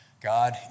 God